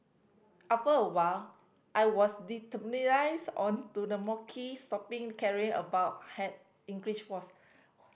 after a while I was desensitised on to the mockery stopping caring about English was